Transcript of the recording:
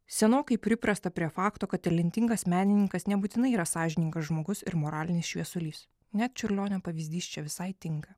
senokai priprasta prie fakto kad talentingas menininkas nebūtinai yra sąžiningas žmogus ir moralinis šviesulys ne čiurlionio pavyzdys čia visai tinka